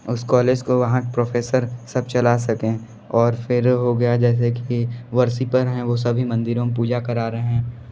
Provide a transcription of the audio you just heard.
उस कॉलेज को वहाँ प्रोफेसर सब चला सके और फिर हो गया जैसे कि वर्सिपर हैं वो सभी मंदिरों में पूजा करा रहे हैं